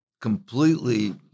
completely